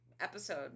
episode